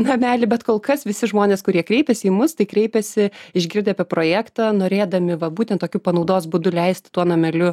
namelį bet kol kas visi žmonės kurie kreipiasi į mus tai kreipiasi išgirdę apie projektą norėdami va būtent tokiu panaudos būdu leisti tuo nameliu